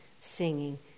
singing